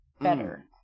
better